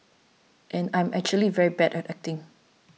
and I'm actually very bad at acting